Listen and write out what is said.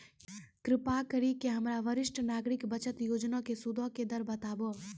कृपा करि के हमरा वरिष्ठ नागरिक बचत योजना के सूदो के दर बताबो